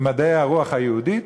במדעי הרוח היהודית,